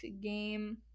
game